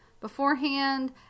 beforehand